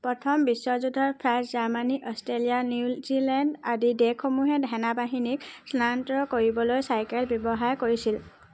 প্ৰথম বিশ্বযুদ্ধত France Germany Australia New Zealand আদি দেশসমূহে সেনাবাহিনীক স্থানান্তৰ কৰিবলৈ চাইকেল ব্যৱহাৰ কৰিছিল